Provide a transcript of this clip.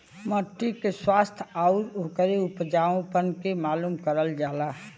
मट्टी के स्वास्थ्य आउर ओकरे उपजाऊपन के मालूम करल जाला